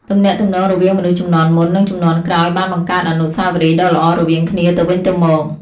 ទំនាក់ទំនងរវាងមនុស្សជំនាន់មុន និងជំនាន់ក្រោយបានបង្កើតអនុស្សាវរីយ៍ដ៏ល្អរវាងគ្នាទៅវិញទៅមក។